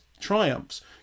triumphs